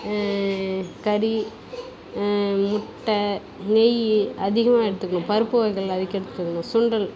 கறி முட்டை நெய் அதிகமாக எடுத்துக்கணும் பருப்பு வகைகள் அதிகம் எடுத்துக்கணும் சுண்டல்